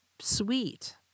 sweet